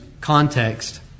context